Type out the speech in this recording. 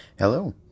Hello